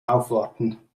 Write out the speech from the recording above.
aufwarten